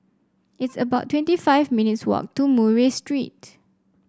it's about twenty five minutes' walk to Murray Street